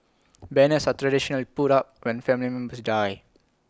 banners are traditionally put up when family members die